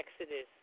Exodus